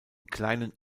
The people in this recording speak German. kleinen